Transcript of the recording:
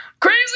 Crazy